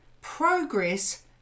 progress